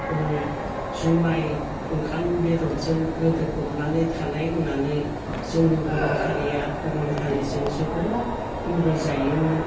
जुमाय ओंखाम बेददजों गोदोफबनानै थानाय होननानै जोंनि बर'हारिया गुबुन हारिजों जोबोद मुगै जायोमोन